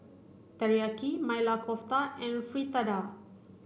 Teriyaki Maili Kofta and Fritada